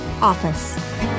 OFFICE